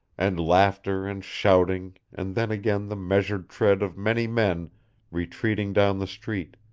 and laughter and shouting and then again the measured tread of many men retreating down the street,